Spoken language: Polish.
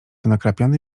nakrapiany